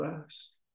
fast